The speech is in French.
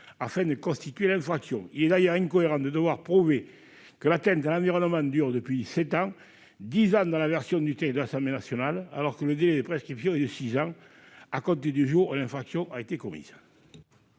afin de constituer l'infraction. Il n'est pas cohérent de devoir prouver que l'atteinte à l'environnement dure depuis sept ans- dix ans dans la version du texte issue des travaux de l'Assemblée nationale -, alors que le délai de prescription est de six ans à compter du jour où l'infraction a été commise.